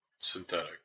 synthetic